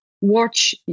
watch